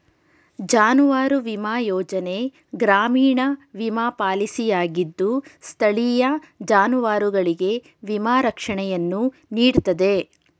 ಜಾನುವಾರು ವಿಮಾ ಯೋಜನೆ ಗ್ರಾಮೀಣ ವಿಮಾ ಪಾಲಿಸಿಯಾಗಿದ್ದು ಸ್ಥಳೀಯ ಜಾನುವಾರುಗಳಿಗೆ ವಿಮಾ ರಕ್ಷಣೆಯನ್ನು ನೀಡ್ತದೆ